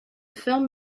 film